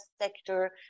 sector